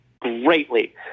greatly